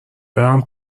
برم